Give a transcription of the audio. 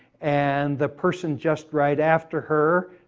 and the person just right after her,